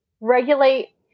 regulate